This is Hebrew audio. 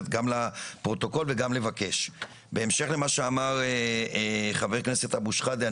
גם לפרוטוקול וגם לבקש: בהמשך למה שאמר חבר הכנסת אבו שחאדה,